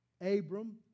Abram